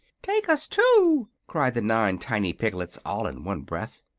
take us, too! cried the nine tiny piglets, all in one breath.